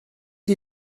die